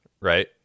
right